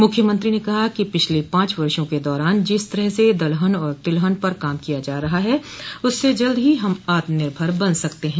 मुख्यमंत्री ने कहा कि पिछले पांच वर्षो के दौरान जिस तरह से दलहन और तेलहन पर काम किया जा रहा है उससे जल्द ही हम आत्मनिर्भर बन सकते हैं